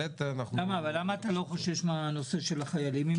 אבל למה אתה לא חושש מהנושא של החיילים?